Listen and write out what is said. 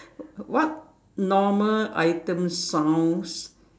what normal items sounds